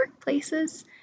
workplaces